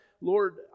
Lord